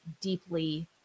deeply